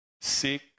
seek